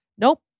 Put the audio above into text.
Nope